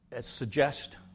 suggest